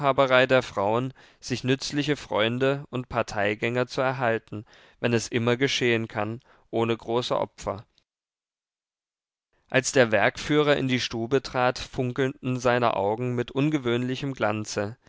der frauen sich nützliche freunde und parteigänger zu erhalten wenn es immer geschehen kann ohne große opfer als der werkführer in die stube trat funkelten seine augen mit ungewöhnlichem glanze